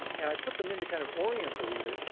and i put them in to kind of orient the reader.